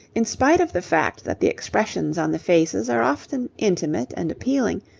in spite of the fact that the expressions on the faces are often intimate and appealing,